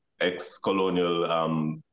ex-colonial